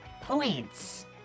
points